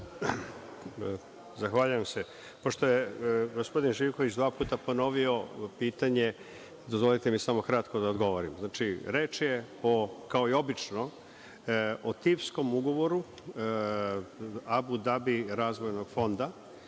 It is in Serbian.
Zahvaljujem se. Pošto je gospodin Živković dva puta ponovio pitanje, dozvolite mi samo kratko da odgovorim. Znači, reč je, kao i obično, o tipskom ugovoru Abu Dabi razvojnog fonda